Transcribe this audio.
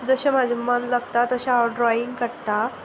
जशें म्हजें मन लागता तशें हांव ड्रॉइंग काडटां